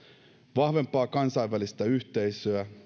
vahvempaa kansainvälistä yhteisöä